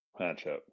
matchup